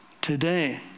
today